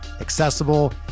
accessible